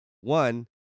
one